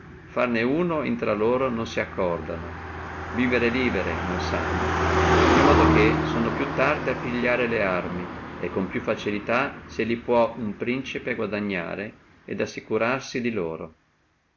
farne uno infra loro non si accordano vivere liberi non sanno di modo che sono più tardi a pigliare larme e con più facilità se li può uno principe guadagnare et assicurarsi di loro